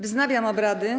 Wznawiam obrady.